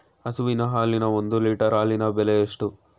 ಹಸುವಿನ ಹಾಲಿನ ಒಂದು ಲೀಟರ್ ಹಾಲಿನ ಬೆಲೆ ಎಷ್ಟು?